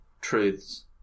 truths